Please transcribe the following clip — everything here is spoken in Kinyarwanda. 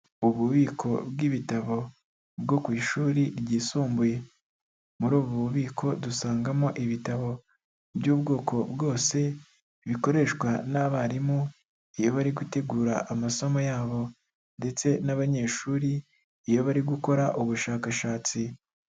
Ububiko bw'ibitabo bwo ku ishuri ryisumbuye, muri ubu bubiko dusangamo ibitabo by'ubwoko bwose, bikoreshwa n'abarimu, iyo bari gutegura amasomo yabo ndetse n'abanyeshuri iyo bari gukora ubushakashatsi.